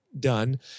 done